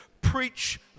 Preach